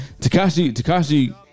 Takashi